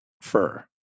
fur